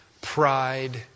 pride